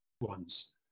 ones